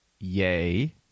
yay